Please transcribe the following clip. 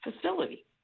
facility